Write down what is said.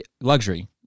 Luxury